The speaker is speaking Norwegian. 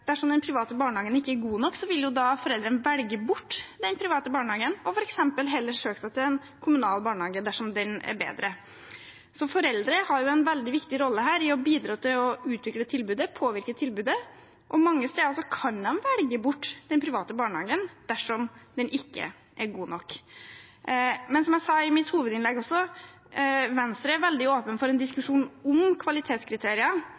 Dersom den private barnehagen ikke er god nok, vil jo foreldrene velge den bort og f.eks. heller søke seg til en kommunal barnehage dersom den er bedre. Foreldre har en veldig viktig rolle i å bidra til å utvikle og påvirke tilbudet, og mange steder kan de velge bort den private barnehagen dersom den ikke er god nok. Men som jeg også sa i mitt hovedinnlegg, er Venstre veldig åpen for en